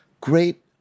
Great